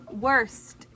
worst